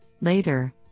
later